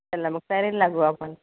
चला मग तयारीला लागू आपण